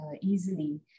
easily